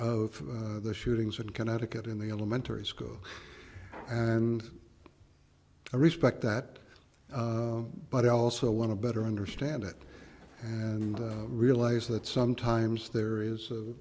of the shootings in connecticut in the elementary school and i respect that but i also want to better understand it and realize that sometimes there is a